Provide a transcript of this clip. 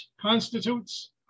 constitutes